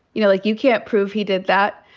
you know, like, you can't prove he did that.